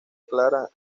clara